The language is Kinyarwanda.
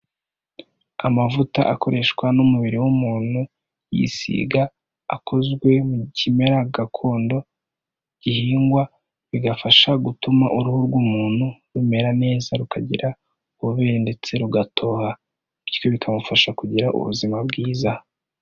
Amavuta akoreshwa n'umubiri w'umuntu yisiga, akozwe mu kimera gakondo gihingwa bigafasha gutuma uruhu rw'umuntu rumera neza rukagira ububobere ndetse rugatoha, bityo bikamufasha kugira ubuzima bwiza.